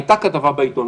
הייתה כתבה בעיתון,